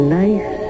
nice